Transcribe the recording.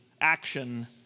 action